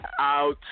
out